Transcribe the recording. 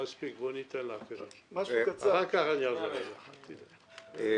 הסוגיה של לקיים דיונים פה באופן רצוף